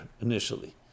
initially